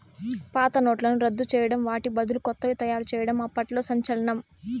పాత నోట్లను రద్దు చేయడం వాటి బదులు కొత్తవి తయారు చేయడం అప్పట్లో సంచలనం